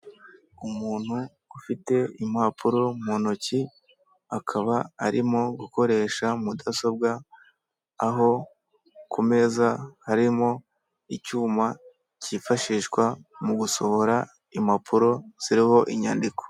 Umuntu ufite impapuro mu ntoki akaba arimo gukoresha mudasobwa aho ku meza harimo icyuma cyifashishwa mu gusohora impapuro ziriho inyandiko.